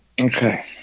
okay